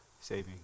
saving